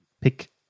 pick